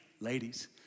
Ladies